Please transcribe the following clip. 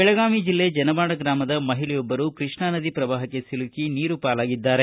ಬೆಳಗಾವಿ ಜಿಲ್ಲೆ ಜನವಾಡ ಗ್ರಾಮದ ಮಹಿಳೆಯೊಬ್ಬರು ಕೃಷ್ಣಾ ನದಿ ಪ್ರವಾಹಕ್ಕೆ ಸಿಲುಕಿ ನೀರು ಪಾಲಾಗಿದ್ಲಾರೆ